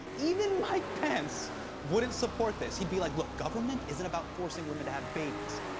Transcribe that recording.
even mike pence wouldn't support this, he'd be like, look, government isn't about forcing women to have babies.